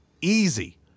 easy